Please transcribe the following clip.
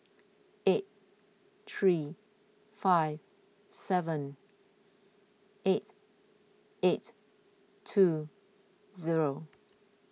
eight three five seven eight eight two zero